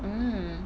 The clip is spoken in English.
um